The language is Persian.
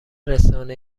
رسانه